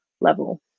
level